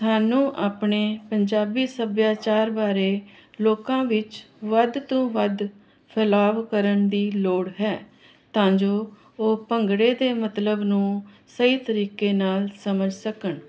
ਸਾਨੂੰ ਆਪਣੇ ਪੰਜਾਬੀ ਸੱਭਿਆਚਾਰ ਬਾਰੇ ਲੋਕਾਂ ਵਿੱਚ ਵੱਧ ਤੋਂ ਵੱਧ ਫੈਲਾਅ ਕਰਨ ਦੀ ਲੋੜ ਹੈ ਤਾਂ ਜੋ ਉਹ ਭੰਗੜੇ ਦੇ ਮਤਲਬ ਨੂੰ ਸਹੀ ਤਰੀਕੇ ਨਾਲ ਸਮਝ ਸਕਣ